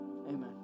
Amen